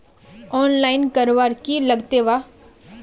Online करवार की लगते वा?